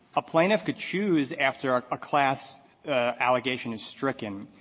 a plaintiff could choose, after ah a class allegation is stricken,